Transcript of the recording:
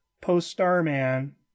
post-Starman